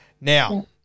Now